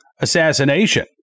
assassination